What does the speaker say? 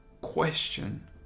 question